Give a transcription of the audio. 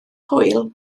hwyl